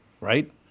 right